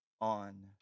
on